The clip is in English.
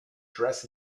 dress